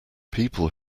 people